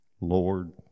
Lord